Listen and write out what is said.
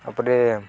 ତାପରେ